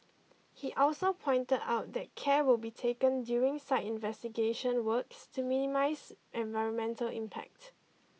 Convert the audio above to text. he also pointed out that care will be taken during site investigation works to minimise environmental impact